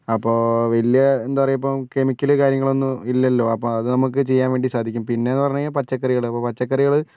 അപ്പോൾ വലിയ എന്താ പറയുക ഇപ്പോൾ കെമിക്കൽ കാര്യങ്ങളൊന്നും ഇല്ലല്ലോ അപ്പോൾ അത് നമുക്ക് ചെയ്യാൻ വേണ്ടിയിട്ട് സാധിക്കും പിന്നെയെന്ന് പറഞ്ഞു കഴിഞ്ഞാൽ പച്ചക്കറികൾ അപ്പോൾ പച്ചക്കറികൾ